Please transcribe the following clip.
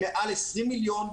מעל 20 מיליון,